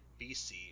BC